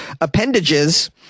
appendages